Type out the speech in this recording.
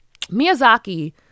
Miyazaki